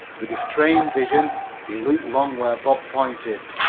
with his trained vision he looked long where bob pointed.